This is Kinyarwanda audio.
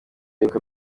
ibuka